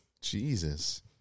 Jesus